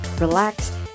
relax